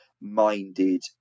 minded